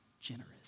generous